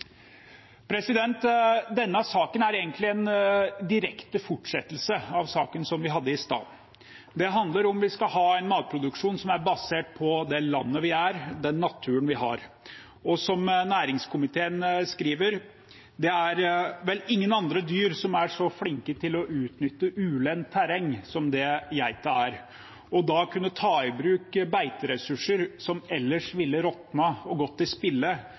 Denne saken er egentlig en direkte fortsettelse av saken som vi hadde i stad. Det handler om at vi skal ha en matproduksjon som er basert på det landet vi er, den naturen vi har. Næringskomiteen skriver at det er vel ingen andre dyr som er så flinke til å utnytte ulendt terreng som det geita er, og da kan man ta i bruk beiteressurser som ellers ville råtnet og gått